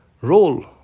role